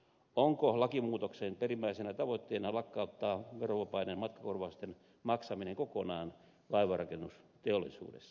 onko lakimuutoksen perimmäisenä tavoitteena lakkauttaa verovapaiden matkakorvausten maksaminen kokonaan laivanrakennusteollisuudessa